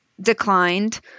declined